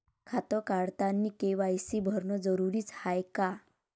खातं काढतानी के.वाय.सी भरनं जरुरीच हाय का?